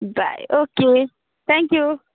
bye okay thank you